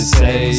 say